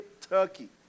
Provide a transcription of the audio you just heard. Turkey